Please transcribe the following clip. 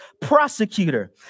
prosecutor